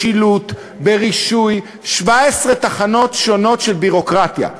בשילוט, ברישוי, 17 תחנות שונות של ביורוקרטיה.